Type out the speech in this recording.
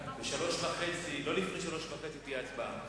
לא לפני 15:30 תהיה הצבעה.